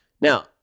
Now